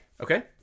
Okay